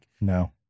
No